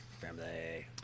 Family